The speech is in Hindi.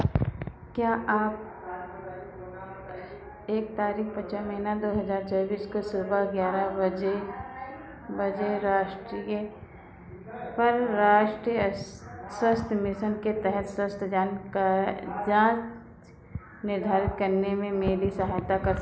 क्या आप एक तारीख पाँचवा महिना दो हजार चौबीस को सुबह ग्यारह बजे बजे राष्ट्रीय पर राष्ट्रीय स्वास्थ्य मिशन के तहत स्वास्थ्य जानका जाँच निर्धारित करने में मेरी सहायता कर सकते हैं